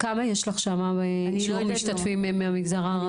כמה יש לך שם שיעור המשתתפים במגזר הערבי?